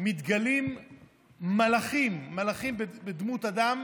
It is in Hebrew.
מתגלים מלאכים, מלאכים בדמות אדם,